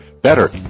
better